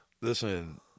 Listen